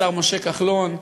השר משה כחלון,